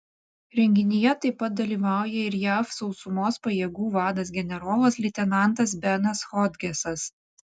renginyje taip pat dalyvauja ir jav sausumos pajėgų vadas generolas leitenantas benas hodgesas